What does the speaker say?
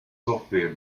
software